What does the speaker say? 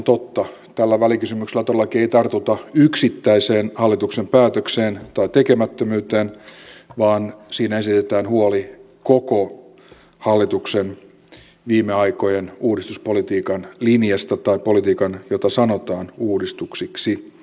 tällä välikysymyksellä todellakaan ei tartuta yksittäiseen hallituksen päätökseen tai tekemättömyyteen vaan siinä esitetään huoli koko hallituksen viime aikojen uudistuspolitiikan linjasta tai politiikan jota sanotaan uudistuksiksi